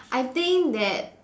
I think that